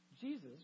Jesus